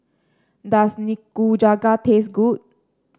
does Nikujaga taste good